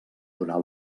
donar